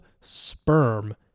sperm